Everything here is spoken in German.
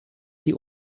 die